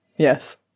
Yes